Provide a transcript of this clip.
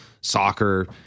soccer